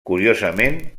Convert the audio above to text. curiosament